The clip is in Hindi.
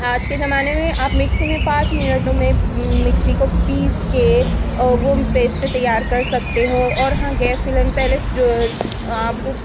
आज के ज़माने में आप मिक्सी में पाँच मिनटों में मिक्सी को पीस कर वह पेस्ट तैयार कर सकते हो और हाँ गैस सिलेन पहले जो आपको